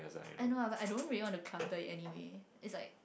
I know ah but I don't really want to clutter it anyway is like